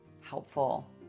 helpful